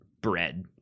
bread